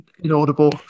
inaudible